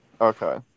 Okay